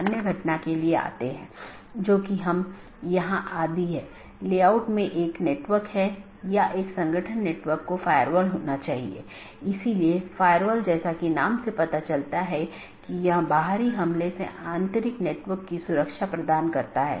अंत में ऐसा करने के लिए आप देखते हैं कि यह केवल बाहरी नहीं है तो यह एक बार जब यह प्रवेश करता है तो यह नेटवर्क के साथ घूमता है और कुछ अन्य राउटरों पर जाता है